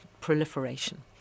proliferation